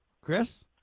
Chris